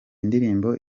indirimbo